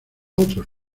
otros